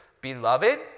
beloved